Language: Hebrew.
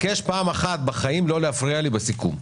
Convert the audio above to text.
מבקש לא להפריע לי בסיכום.